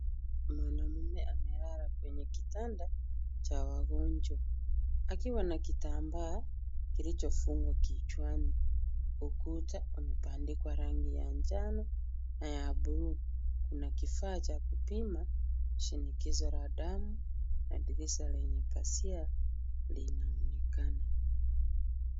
Mwanamume amelala kwenye kitanda cha wagonjwa, akiwa na kitambaa kilichofungwa kichwani, ukuta umebandikwa rangi ya njano na ya buluu, kuna kifaa cha kupima shinikizo la damu, na dirisha lenye pazia linaonekana.